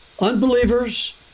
unbelievers